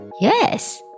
Yes